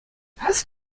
hast